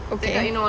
okay